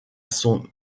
son